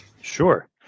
Sure